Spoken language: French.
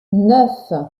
neuf